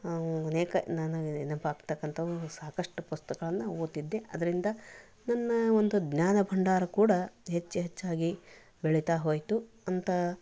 ಅನೇಕ ನನಗೆ ನೆನಪಾಗ್ತಕ್ಕಂಥ ಒಂದು ಸಾಕಷ್ಟು ಪುಸ್ತಕಗಳನ್ನ ಓದ್ತಿದ್ದೆ ಅದರಿಂದ ನನ್ನ ಒಂದು ಜ್ಞಾನ ಭಂಡಾರ ಕೂಡ ಹೆಚ್ಚು ಹೆಚ್ಚಾಗಿ ಬೆಳಿತಾ ಹೋಯಿತು ಅಂತ